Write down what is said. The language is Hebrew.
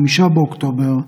5 באוקטובר,